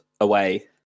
away